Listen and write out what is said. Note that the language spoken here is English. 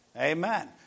Amen